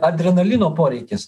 adrenalino poreikis